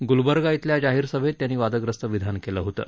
गुलबर्गा इथल्या जाहीर सभैत त्यांनी वादग्रस्त विधान केलं होतं